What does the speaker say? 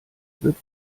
wird